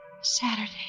Saturday